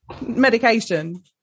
medication